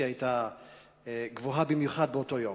שהיתה גבוהה במיוחד באותו יום,